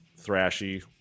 thrashy